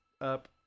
up